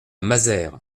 mazères